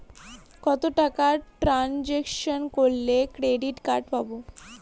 কত টাকা ট্রানজেকশন করলে ক্রেডিট কার্ড পাবো?